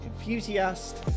enthusiast